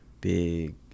Big